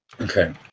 Okay